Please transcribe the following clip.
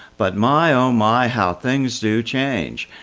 but my, oh my. how things do change.